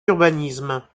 urbanisme